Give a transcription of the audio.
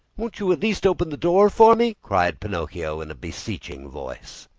won't you, at least, open the door for me? cried pinocchio in a beseeching voice.